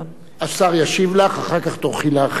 השר ישיב לך, אחר כך תוכלי להרחיב.